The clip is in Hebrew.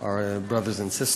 ,our brothers and sisters,